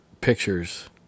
pictures